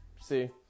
See